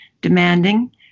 demanding